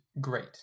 great